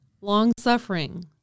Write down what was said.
Long-suffering